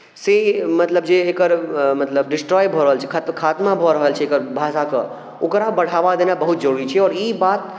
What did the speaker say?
से मतलब जे एकर मतलब डिस्ट्रॉय भऽ रहल छै खात खात्मा भऽ रहल छै एकर भाषाके ओकरा बढ़ावा देनाइ बहुत जरूरी छै आओर ई बात